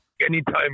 Anytime